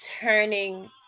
turning